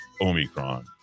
Omicron